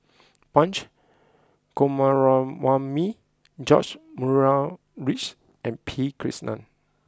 Punch Coomaraswamy George Murray Reith and P Krishnan